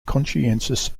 conscientious